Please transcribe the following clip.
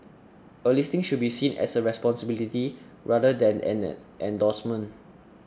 a listing should be seen as a responsibility rather than an endorsement